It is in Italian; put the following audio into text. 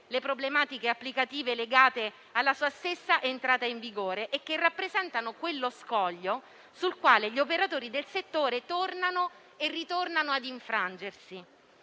le problematiche applicative legate alla sua stessa entrata in vigore, che rappresentano lo scoglio sul quale gli operatori del settore tornano e ritornano ad infrangersi.